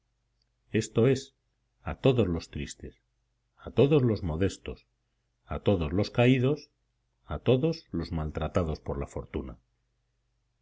esto es a todos los tristes a todos los modestos a todos los caídos a todos los maltratados por la fortuna